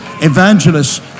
evangelists